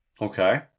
Okay